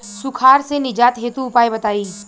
सुखार से निजात हेतु उपाय बताई?